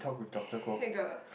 hey gal